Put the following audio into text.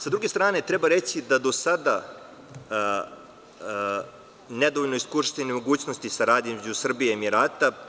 S druge strane, treba reći da su do sada nedovoljno iskorišćene mogućnosti saradnje između Srbije i Emirata,